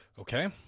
Okay